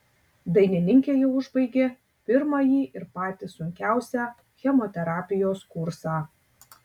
dainininkė jau užbaigė pirmąjį ir patį sunkiausią chemoterapijos kursą